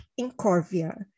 Incorvia